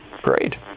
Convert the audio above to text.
Great